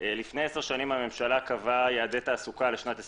לפני עשר שנים הממשלה קבעה יעדי תעסוקה לשנת 2020,